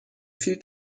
viel